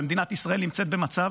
ומדינת ישראל נמצאת במצב